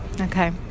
Okay